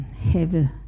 heavy